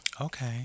Okay